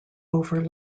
over